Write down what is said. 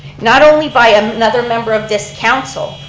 not only by um another member of this council,